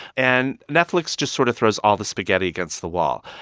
and netflix just sort of throws all the spaghetti against the wall.